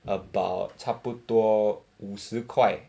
about 差不多五十块